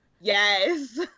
yes